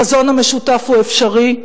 החזון המשותף הוא אפשרי.